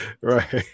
Right